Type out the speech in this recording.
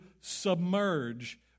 submerge